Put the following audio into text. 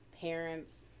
parents